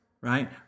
right